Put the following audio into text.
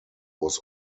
was